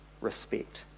respect